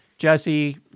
Jesse